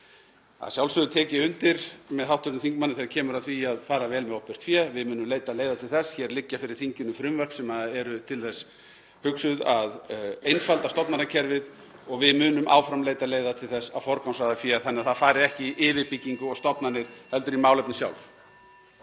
Að sjálfsögðu tek ég undir með hv. þingmanni þegar kemur að því að fara vel með opinbert fé. Við munum leita leiða til þess. Hér liggja fyrir þinginu frumvörp sem eru til þess hugsuð að einfalda stofnanakerfið og við munum áfram leita leiða til þess að forgangsraða fé þannig að það fari ekki í yfirbyggingu og stofnanir heldur í málefnin sjálf.